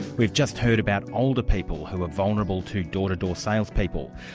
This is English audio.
we've just heard about older people who are vulnerable to door-to-door salespeople.